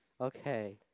Okay